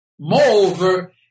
Moreover